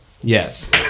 Yes